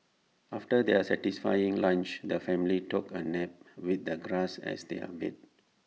after their satisfying lunch the family took A nap with the grass as their bed